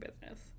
Business